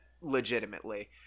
legitimately